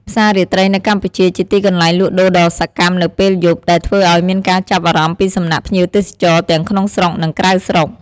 ផ្សារាត្រីនៅកម្ពុជាជាទីកន្លែងលក់ដូរដ៏សកម្មនៅពេលយប់ ដែលធ្វើឲ្យមានការចាប់អារម្មណ៏ពីសំណាក់ភ្ញៀវទេសចរណ៏ទាំងក្នុងស្រុកនិងក្រៅស្រុក។